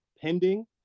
pending